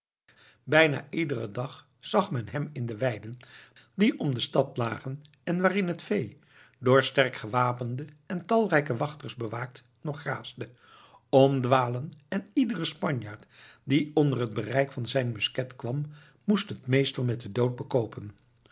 bijna iederen dag zag men hem in de weiden die om de stad lagen en waarin het vee door sterk gewapende en talrijke wachters bewaakt nog graasde omdwalen en iedere spanjaard die onder het bereik van zijn musket kwam moest het meestal met den dood bekoopen